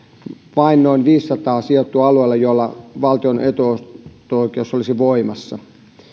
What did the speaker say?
vain noin viisisataa sijoittuu alueille joilla valtion etuosto oikeus olisi voimassa